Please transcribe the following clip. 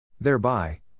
Thereby